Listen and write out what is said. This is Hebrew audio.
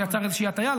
זה יצר איזושהי הטיה.